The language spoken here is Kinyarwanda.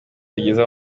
bagize